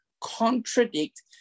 contradict